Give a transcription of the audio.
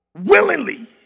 willingly